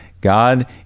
God